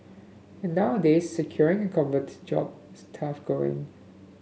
and nowadays securing a coveted job is tough going